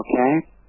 okay